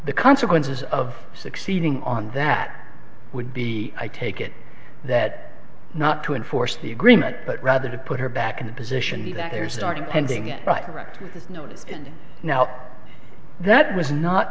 the consequences of succeeding on that would be i take it that not to enforce the agreement but rather to put her back in the position that there's are pending right now that was not